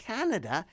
Canada